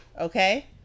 okay